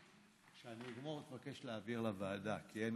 כשאני אגמור, תבקש להעביר לוועדה, כי אין